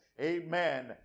Amen